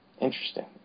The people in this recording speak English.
Interesting